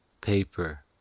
paper